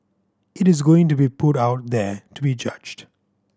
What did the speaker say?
it is going to be put out there to be judged